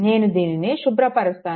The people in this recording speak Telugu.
నేను దీనిని శుభ్రపరుస్తాను